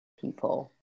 people